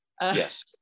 Yes